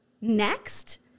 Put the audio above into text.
next